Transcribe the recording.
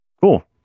Cool